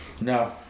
no